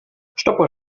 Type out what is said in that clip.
stoppuhr